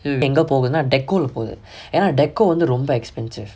இது எங்க போகுதுனா:ithu enga poguthunaa decor lah போது:pothu decor வந்து ரொம்ப:vanthu romba expensive